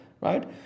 right